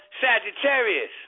Sagittarius